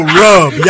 rub